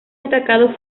destacados